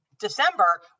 December